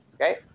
Okay